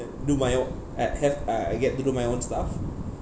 do my o~ uh have uh I get to do my own stuff